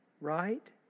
Right